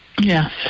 Yes